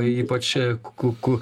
ypač ku ku